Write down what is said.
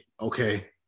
Okay